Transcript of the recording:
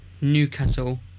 Newcastle